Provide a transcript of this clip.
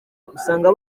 usanga